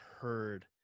heard